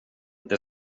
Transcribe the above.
inte